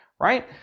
right